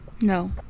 no